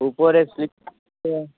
উপরে স্লিপার